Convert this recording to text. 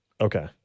Okay